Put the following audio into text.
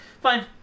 Fine